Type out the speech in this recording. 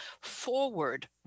forward